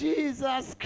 Jesus